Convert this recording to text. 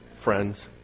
Friends